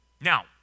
Now